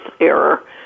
error